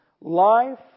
Life